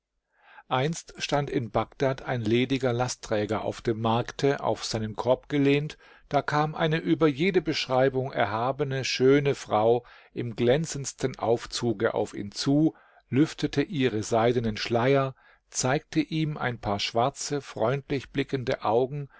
einst stand in bagdad ein lediger lastträger auf dem markte auf seinen korb gelehnt da kam eine über jede beschreibung erhabene schöne frau im glänzendsten aufzuge auf ihn zu lüftete ihren seidenen schleier zeigte ihm ein paar schwarze freundlich blickende augen